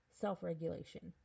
self-regulation